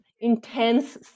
intense